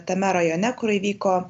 tame rajone kur įvyko